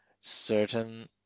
certain